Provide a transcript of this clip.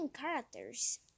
characters